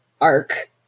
arc